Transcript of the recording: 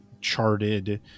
charted